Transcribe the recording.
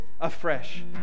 afresh